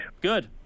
Good